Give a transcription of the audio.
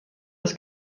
des